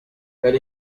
hari